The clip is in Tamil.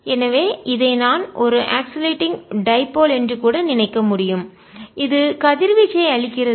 எனவே இதை நான் ஒரு ஆக்சிலேட்டிங் டைபோல் ஊசலாடும் இருமுனை என்று கூட நினைக்க முடியும் இது கதிர்வீச்சை அளிக்கிறது